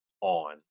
on